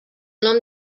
nom